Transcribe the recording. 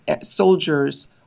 soldiers